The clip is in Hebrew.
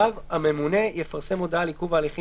(ו)הממונה יפרסם הודעה על עיכוב ההליכים